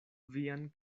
vian